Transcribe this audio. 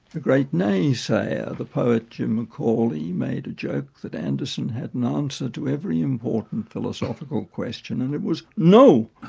a great naysayer. the poet jim mccauley made a joke that anderson had an answer to every important philosophical question and it was no!